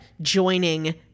joining